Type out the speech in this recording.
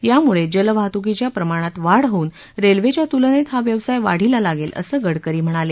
यामुळे जलवाहतूकीच्या प्रमाणात वाढ होऊन रेल्वेच्या तुलेनत हा व्यवसाय वाढीला लागेल असं गडकरी म्हणाले